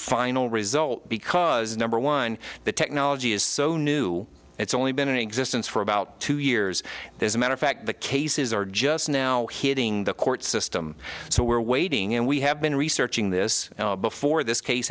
final result because number one the technology is so new it's only been in existence for about two years there's a matter of fact the cases are just now hitting the the court system so we're waiting and we have been researching this before this case